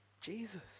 Jesus